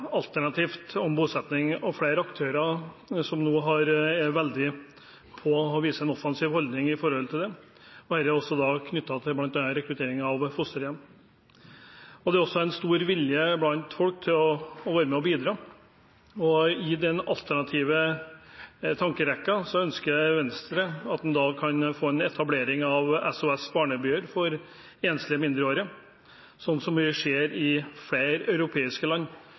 alternativt om bosetting. Flere aktører som er veldig på, har vist en offensiv holdning i den sammenheng. Det er også knyttet til bl.a. rekruttering av fosterhjem. Det er en stor vilje blant folk til å være med og bidra. I den alternative tankerekken ønsker Venstre at en kan få etablere SOS-barnebyer for enslige mindreårige, slik som vi ser i flere europeiske land.